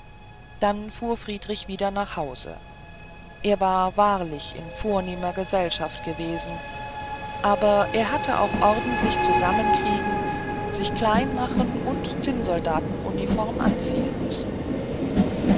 dann fuhr friedrich wieder nach hause er war wahrlich in vornehmer gesellschaft gewesen aber er hatte auch ordentlich zusammenkriegen sich klein machen und zinnsoldatenuniform anziehen müssen